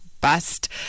bust